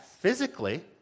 physically